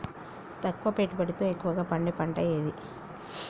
తక్కువ పెట్టుబడితో ఎక్కువగా పండే పంట ఏది?